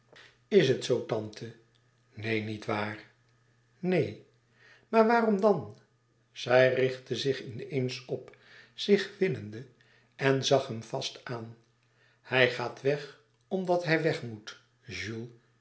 is het zoo tante neen nietwaar neen maar waarom dan zij richtte zich in eens op zich winnende en zag hem vast aan hij gaat weg omdat hij weg moet